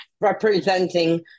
representing